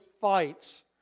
fights